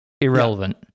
Irrelevant